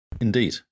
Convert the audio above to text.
Indeed